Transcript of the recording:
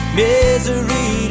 misery